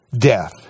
death